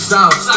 South